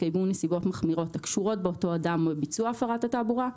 התקיימו נסיבות מחמירות הקשורות באותו אדם או ביצוע הפרת התעבורה,